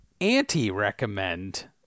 anti-recommend